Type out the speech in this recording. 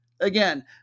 Again